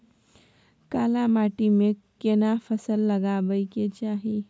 काला माटी में केना फसल लगाबै के चाही?